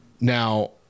Now